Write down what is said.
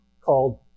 called